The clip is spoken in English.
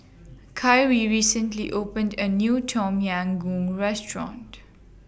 Kyree recently opened A New Tom Yam Goong Restaurant